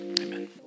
Amen